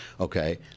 okay